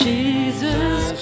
Jesus